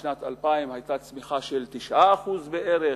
בשנת 2000 היתה צמיחה של 9% בערך,